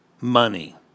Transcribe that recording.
money